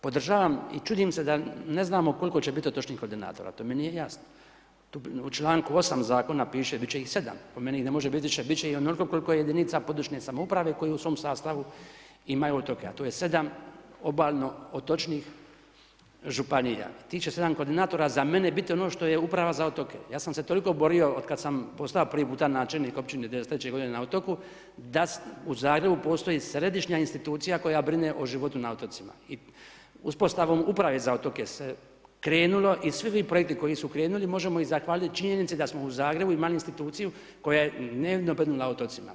Podržavam i čudim se da ne znamo koliko će biti otočnih koordinatora, to mi nije jasno, u članku 8., Zakona, piše bit će ih 7, po meni ne može, bit će onoliko koliko je jedinica područja samouprave koje u svom sastavu imaju otoke, a to je 7 obalno otočnih Županija, i tih će 7 koordinatora za mene biti ono što je Uprava za otoke, ja sam se toliko borio od kad sam posta' prvi puta načelnik Općine '93. godine na otoku, da u Zagrebu postoji središnja institucija koja brine o životu na otocima, i uspostavom Uprave za otoke se krenulo i svi ovi projekti koji su krenuli, možemo ih zahvaliti činjenici da smo u Zagreb imali instituciju koja je dnevno brinula o otocima.